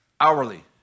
hourly